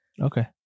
Okay